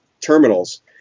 terminals